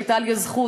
הייתה לי הזכות,